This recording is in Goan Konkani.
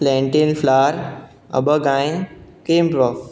प्लॅनटीन फ्लार अबगाय कॅम्रग्रॉस